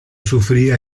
sufría